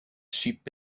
sheep